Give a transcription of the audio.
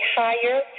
higher